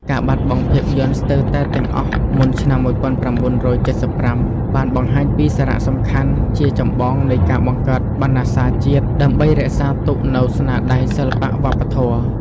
ការបាត់បង់ភាពយន្តស្ទើរតែទាំងអស់មុនឆ្នាំ ១៩៧៥ បានបង្ហាញពី សារៈសំខាន់ជាចម្បងនៃការបង្កើតបណ្ណសារជាតិ ដើម្បីរក្សាទុកនូវស្នាដៃសិល្បៈវប្បធម៌។